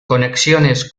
conexiones